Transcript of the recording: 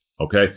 okay